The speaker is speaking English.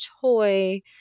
toy